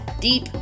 deep